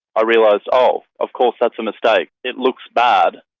i realised, oh, of course that's a mistake. it looks bad.